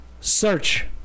Search